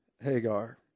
Hagar